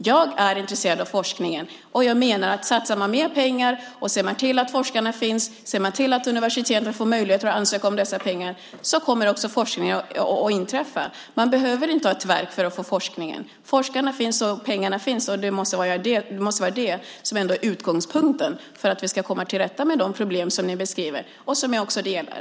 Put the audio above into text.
Jag är intresserad av forskningen, och jag menar att om man satsar mer pengar, ser till att forskarna finns och att universiteten får möjlighet att ansöka om dessa pengar, så kommer också forskningen att äga rum. Man behöver inte ha ett verk för att få den forskningen till stånd. Forskarna finns och pengarna finns. Det måste trots allt vara utgångspunkten för att vi ska komma till rätta med den problembeskrivning som ni ger, och som jag delar.